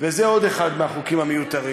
וזה עוד אחד מהחוקים המיותרים.